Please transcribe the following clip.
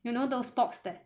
you know those box that